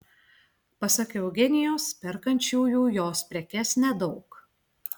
pasak eugenijos perkančiųjų jos prekes nedaug